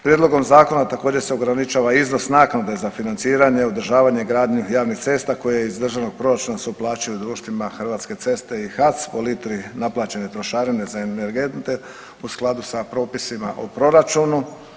Prijedlogom zakona također se ograničava iznos naknade za financiranje, održavanje gradnje javnih cesta koji iz državnog proračuna se u uplaćuju društvima Hrvatske ceste i HAC po litri naplaćene trošarine za energente u skladu sa propisima o proračunu.